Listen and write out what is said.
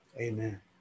Amen